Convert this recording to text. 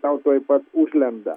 tau tuoj pat užlenda